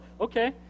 Okay